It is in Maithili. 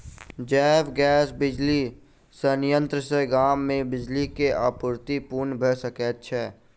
जैव गैस बिजली संयंत्र सॅ गाम मे बिजली के आपूर्ति पूर्ण भ सकैत छै